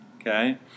okay